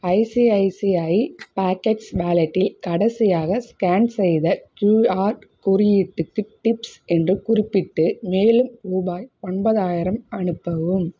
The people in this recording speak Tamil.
ஐசிஐசிஐ பாக்கெட்ஸ் வாலெட்டில் கடைசியாக ஸ்கேன் செய்த க்யூஆர் குறியீட்டுக்கு டிப்ஸ் என்று குறிப்பிட்டு மேலும் ரூபாய் ஒன்பதாயிரம் அனுப்பவும்